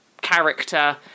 character